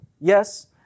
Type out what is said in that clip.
Yes